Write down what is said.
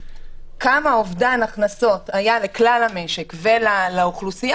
כמה אובדן הכנסות היה לכלל המשק ולאוכלוסייה.